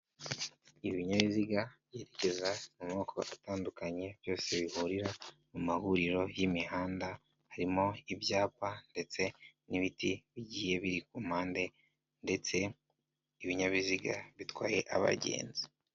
Ibinyabiziga byerekeza mu moko atandukanye, byose bihurira mu mahuriro y'imihanda, harimo ibyapa ndetse n'ibiti bigiye biri ku mpande, ndetse ibinyabiziga bitwaye abagenzi.